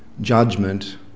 judgment